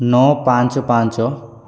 ନଅ ପାଞ୍ଚ ପାଞ୍ଚ